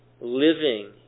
living